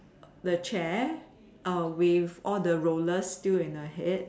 the chair with all the rollers still in her head